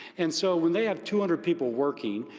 and so when they have two hundred people working,